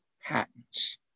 patents